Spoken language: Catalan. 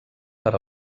per